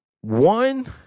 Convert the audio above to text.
one